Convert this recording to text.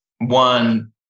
one